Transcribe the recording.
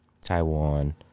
Taiwan